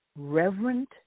reverent